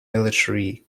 military